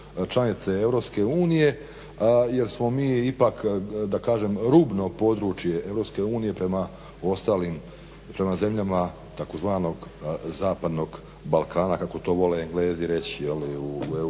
članice EU, jer smo mi ipak da kažem rubno područje EU prema ostalim, prema zemljama tzv. zapadnog balkana kako to vole Englezi reći u